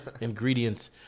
Ingredients